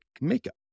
makeup